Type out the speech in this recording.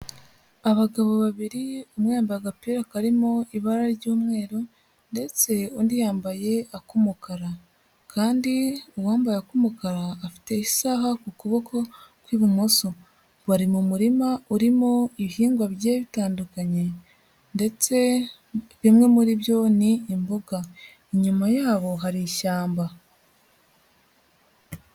Abagabo babiri, umwe yambaye agapira karimo ibara ry'umweru ndetse undi yambaye ak'umukara, kandi uwambaye ak'umukara afite isaha ku kuboko kw'ibumoso. Bari mu murima urimo ibihingwa bigiye bitandukanye, ndetse bimwe muri byo ni imboga. Inyuma yabo hari ishyamba.